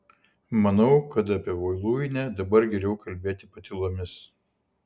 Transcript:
manau kad apie voluinę dabar geriau kalbėti patylomis